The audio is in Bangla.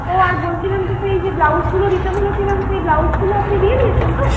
ও আর বলছিলাম যে সেই যে ব্লাউজগুলো দিতে বলেছিলাম সেই ব্লাউজগুলো আপনি দিয়ে দিয়েছেন তো